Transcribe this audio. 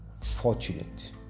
fortunate